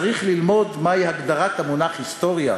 צריך ללמוד מהי הגדרת המונח "היסטוריה":